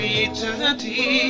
eternity